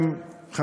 ב-2015.